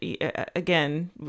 again